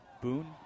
Boone